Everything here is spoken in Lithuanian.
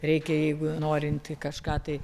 reikia jeigu norint kažką tai